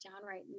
downright